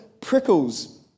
prickles